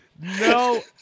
No